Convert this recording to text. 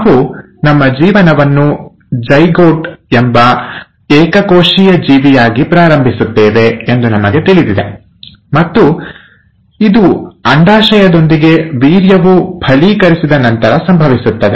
ನಾವು ನಮ್ಮ ಜೀವನವನ್ನು ಜೈಗೋಟ್ ಎಂಬ ಏಕಕೋಶೀಯ ಜೀವಿಯಾಗಿ ಪ್ರಾರಂಭಿಸುತ್ತೇವೆ ಎಂದು ನಮಗೆ ತಿಳಿದಿದೆ ಮತ್ತು ಇದು ಅಂಡಾಶಯದೊಂದಿಗೆ ವೀರ್ಯವು ಫಲೀಕರಿಸಿದ ನಂತರ ಸಂಭವಿಸುತ್ತದೆ